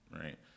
right